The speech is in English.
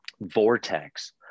vortex